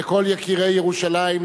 לכל יקירי ירושלים,